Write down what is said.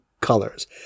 colors